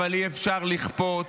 אבל אי-אפשר לכפות.